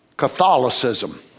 Catholicism